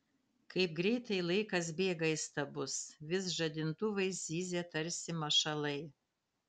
kaip greitai laikas bėga įstabus vis žadintuvai zyzia tarsi mašalai